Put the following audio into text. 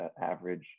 average